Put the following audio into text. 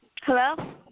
Hello